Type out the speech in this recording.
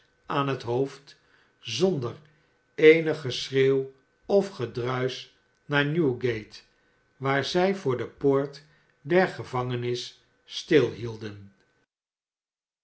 aan bet hoof d wonder eenig geschreeuw of gedruis naar newgate waar zij voor de poort der gevangenis